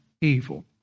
evil